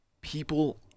people